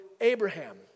Abraham